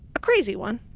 a crazy one,